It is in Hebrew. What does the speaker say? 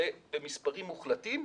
זה במספרים מוחלטים,